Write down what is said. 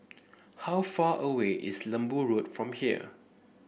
how far away is Lembu Road from here